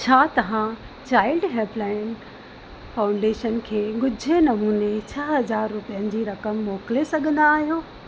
छा तव्हां child helpline foundation खे गुझे नमूने छह हज़ार रुपियनि जी रक़म मोकिले सघंदा आहियो